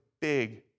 big